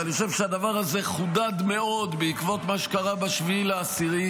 ואני חושב שהדבר הזה חודד מאוד בעקבות מה שקרה ב-7 באוקטובר,